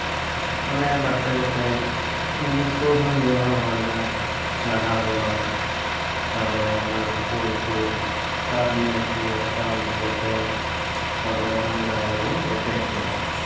ᱢᱟᱱᱮ ᱵᱟᱨ ᱯᱮ ᱜᱚᱴᱮᱡ ᱢᱩᱱᱤᱥ ᱠᱚ ᱦᱩᱭᱩᱜᱼᱟ ᱯᱮ ᱦᱚᱲ ᱜᱟᱱ ᱞᱟᱜᱟᱣ ᱜᱚᱲᱚ ᱛᱟᱯᱚᱨᱮ ᱚᱱᱟ ᱳᱞ ᱠᱚᱭ ᱛᱟᱨ ᱱᱮᱴ ᱠᱚ ᱦᱟᱛᱟᱣ ᱟᱜᱩ ᱠᱟᱛᱮ ᱛᱟᱯᱚᱨᱮ ᱚᱱᱟ ᱡᱟᱭᱜᱟ ᱵᱚᱱ ᱮᱴᱮᱛ ᱠᱮᱫᱟ